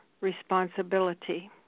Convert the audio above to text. responsibility